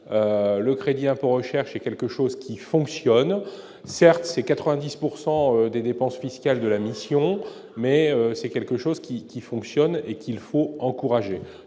le crédit impôt recherche est quelque chose qui fonctionne certes, c'est 90 pourcent des dépenses fiscales de la mission, mais c'est quelque chose qui, qui fonctionne et qu'il faut encourager,